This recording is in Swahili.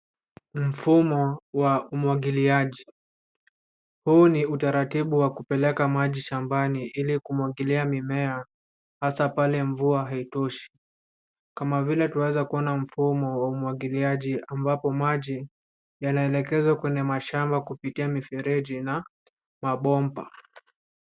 Mfumo wa umwagiliaji. Huu ni utaratibu wa kupeleka maji shambani ili kumwagilia mimea hasa pale mvua haitoshi kama vile twaweza kuona mfumo wa umwagiliaji ambapo maji yanaelekezwa kwenye mashamba kupitia mifereji na mabomba.